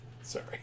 Sorry